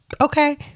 Okay